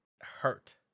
hurt